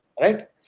Right